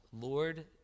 Lord